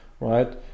right